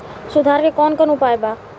सुधार के कौन कौन उपाय वा?